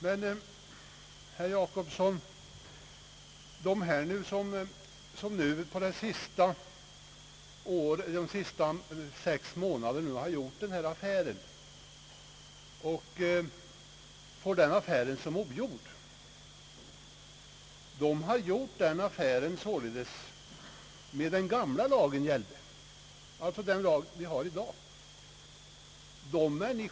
Men, herr Jacobsson, de som under de senaste sex månaderna har gjort en dylik affär och får den betraktad som ogjord, har gjort den affären medan den gamla, dvs. den nuvarande, lagen gällt.